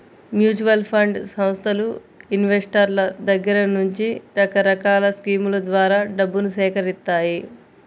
mutual fund సంస్థలు ఇన్వెస్టర్ల దగ్గర నుండి రకరకాల స్కీముల ద్వారా డబ్బును సేకరిత్తాయి